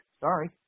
sorry